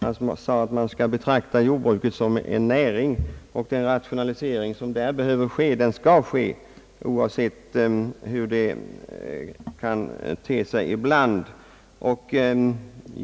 Han sade att man skall betrakta jordbruket som en näring och att den rationalisering som där behövs också skall ske, oavsett hur det ibland kan te sig.